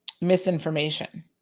misinformation